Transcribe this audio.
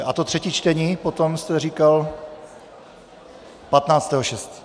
A to třetí čtení potom... jste říkal 15. 6.?